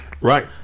right